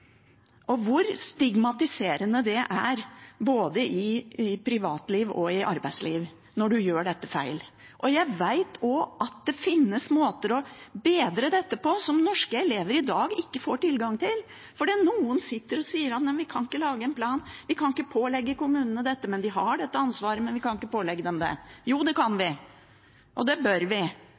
og om hvor stigmatiserende det er både i privatliv og arbeidsliv når man gjør dette feil. Jeg vet også at det finnes måter å bedre dette på som norske elever i dag ikke får tilgang til fordi noen sitter og sier at vi kan ikke lage en plan, vi kan ikke pålegge kommunene dette. De har dette ansvaret, men vi kan ikke pålegge dem det. Jo, det kan vi, og det bør vi